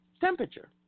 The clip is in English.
temperature